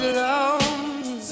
love